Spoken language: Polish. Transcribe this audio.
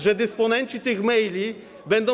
że dysponenci tych maili będą.